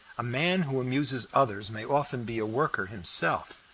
a man who amuses others may often be a worker himself.